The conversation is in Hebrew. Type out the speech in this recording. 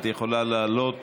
את יכולה לעלות